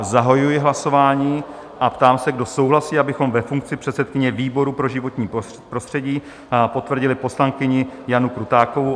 Zahajuji hlasování a ptám se, kdo souhlasí, abychom ve funkci předsedkyně výboru pro životní prostředí poslankyni Janu Krutákovou?